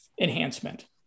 enhancement